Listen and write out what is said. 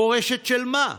מורשת של מה,